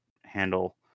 handle